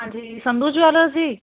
ਹਾਂਜੀ ਸੰਧੂ ਜਵਾਲਰਸ ਜੀ